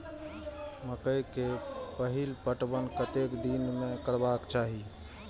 मकेय के पहिल पटवन कतेक दिन में करबाक चाही?